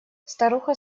старуха